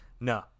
no